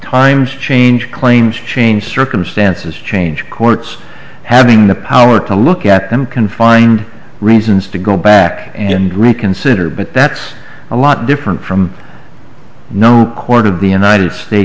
times change claim change circumstances change courts having the power to look at them can find reasons to go back and reconsider but that's a lot different from no one of the united